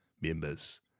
members